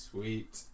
Sweet